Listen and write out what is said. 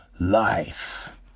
life